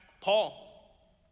Paul